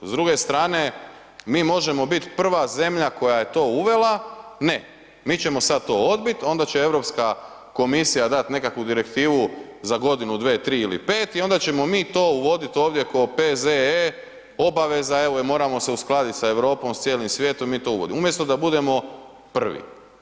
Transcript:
S druge strane, mi možemo biti prva zemlja koje to uvela, ne, mi ćemo sad to odbiti onda će Europska komisija dat nekakvu direktivu za godinu, 2, 3 ili 5 i onda ćemo mi to uvodit ovdje ko P.Z.E. obaveza evo i moramo se uskladiti sa Europom, sa cijelim svijetom, mi to uvodimo umjesto da budemo prvi.